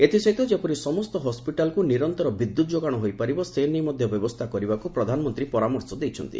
ଏଥିସହିତ ଯେପରି ସମସ୍ତ ହସ୍କିଟାଲକୁ ନିରନ୍ତର ବିଦ୍ୟୁତ୍ ଯୋଗାଣ ହୋଇପାରିବ ସେ ନେଇ ମଧ୍ୟ ବ୍ୟବସ୍ଥା କରିବାକୁ ପ୍ରଧାନମନ୍ତ୍ରୀ ପରାମର୍ଶ ଦେଇଛନ୍ତି